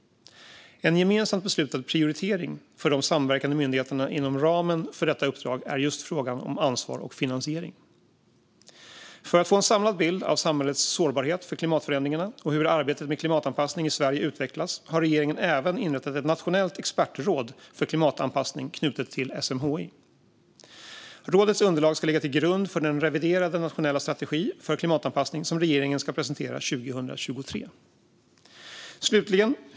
En gemensamt beslutad prioritering för de samverkande myndigheterna inom ramen för detta uppdrag är just frågan om ansvar och finansiering. För att få en samlad bild av samhällets sårbarhet för klimatförändringarna och hur arbetet med klimatanpassning i Sverige utvecklas har regeringen även inrättat ett nationellt expertråd för klimatanpassning knutet till SMHI. Rådets underlag ska ligga till grund för den reviderade nationella strategi för klimatanpassning som regeringen ska presentera 2023.